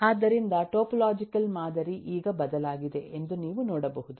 ಆದ್ದರಿಂದ ಟೊಪೊಲಾಜಿಕಲ್ ಮಾದರಿ ಈಗ ಬದಲಾಗಿದೆ ಎಂದು ನೀವು ನೋಡಬಹುದು